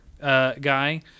guy